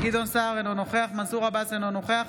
גדעון סער, אינו נכח מנסור עבאס, אינו נוכח